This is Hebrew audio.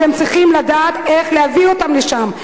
אתם צריכים לדעת איך להביא אותם לשם,